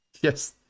Yes